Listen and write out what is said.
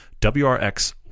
WRX